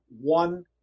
one